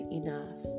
enough